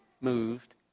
moved